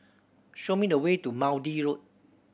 show me the way to Maude Road